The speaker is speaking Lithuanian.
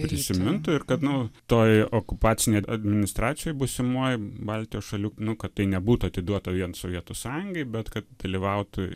prisimintų ir kad nu toj okupacinėj administracijoj būsimoj baltijos šalių nu kad tai nebūtų atiduota vien sovietų sąjungai bet kad dalyvautų